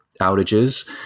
outages